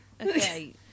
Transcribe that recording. Okay